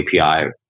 API